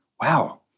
wow